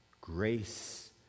Grace